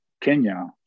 Kenya